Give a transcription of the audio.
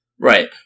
Right